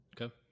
Okay